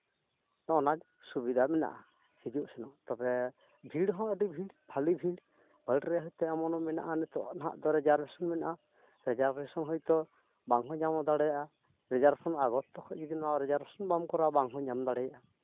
ᱱᱚᱜᱼᱚ ᱱᱚᱣᱟ ᱥᱩᱵᱤᱫᱟ ᱢᱮᱱᱟᱜᱼᱟ ᱦᱤᱡᱩᱜ ᱥᱮᱱᱚᱜ ᱛᱚᱵᱮ ᱵᱷᱤᱲ ᱦᱚᱸ ᱟᱹᱰᱤ ᱵᱷᱟᱞᱤ ᱵᱷᱤᱲ ᱵᱷᱳᱴ ᱨᱮ ᱦᱚᱛᱮᱡ ᱛᱮ ᱮᱢᱚᱱ ᱢᱮᱱᱟᱜᱼᱟ ᱱᱤᱛᱳᱜ ᱱᱟᱜ ᱫᱚ ᱨᱤᱡᱟᱨᱵᱷᱮᱥᱚᱱ ᱢᱮᱱᱟᱜᱼᱟ ᱨᱮᱡᱟᱨᱵᱮᱥᱚᱱ ᱦᱳᱭᱛᱮ ᱵᱟᱝᱦᱚᱸ ᱧᱟᱢ ᱦᱚᱸ ᱫᱟᱲᱮᱭᱟᱜᱼᱟ ᱨᱮᱡᱟᱜ ᱵᱮᱥᱚᱱ ᱟᱜᱚᱥᱴ ᱠᱷᱚᱱ ᱜᱮ ᱱᱚᱣᱟ ᱵᱟᱢ ᱠᱚᱨᱟᱣᱟ ᱵᱟᱝ ᱦᱚᱸ ᱧᱟᱢ ᱫᱟᱲᱮᱭᱟᱜᱼᱟ